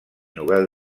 nobel